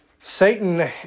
Satan